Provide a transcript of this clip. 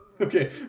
Okay